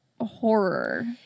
horror